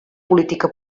política